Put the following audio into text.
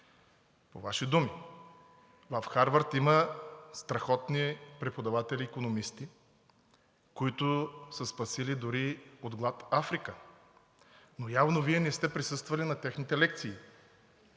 по Ваши думи. В Харвард има страхотни преподаватели икономисти, които са спасили дори от глад Африка, но явно Вие не сте присъствали на техните лекции.